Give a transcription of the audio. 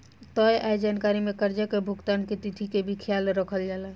तय आय जानकारी में कर्जा के भुगतान के तिथि के भी ख्याल रखल जाला